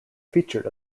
featured